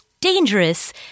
dangerous